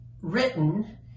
written